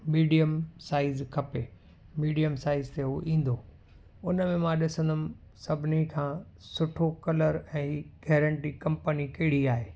medium size खपे medium size ते हो ईंदो उन में मां ॾिसंदुमि सभिनी खां सुठो कलर ऐं गैरेंटी कंपनी कहिड़ी आहे